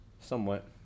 Somewhat